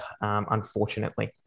unfortunately